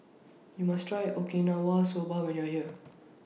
YOU must Try Okinawa Soba when YOU Are here